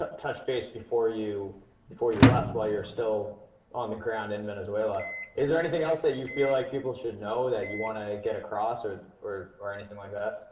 ah touch base before you before you left while you're still on the ground in venezuela is there anything else that you feel like people should know that you want to get across or or anything like that?